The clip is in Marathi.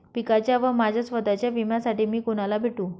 पिकाच्या व माझ्या स्वत:च्या विम्यासाठी मी कुणाला भेटू?